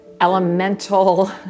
elemental